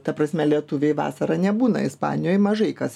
ta prasme lietuviai vasarą nebūna ispanijoj mažai kas